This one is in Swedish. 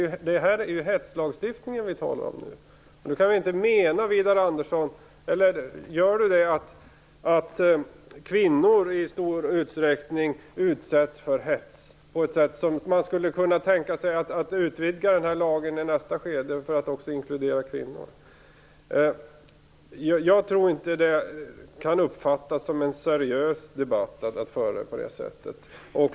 Det är ju hetslagstiftningen vi talar om nu. Menar Widar Andersson att kvinnor i stor utsträckning utsätts för hets på ett sådant sätt att man skulle kunna tänka sig att utvidga lagen i nästa skede till att också inkludera kvinnor? Jag tror inte att det kan uppfattas som seriöst att föra debatten på det sättet.